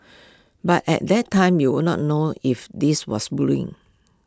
but at that time you would not know if this was bullying